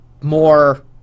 more